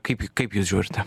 kaip kaip jūs žiūrite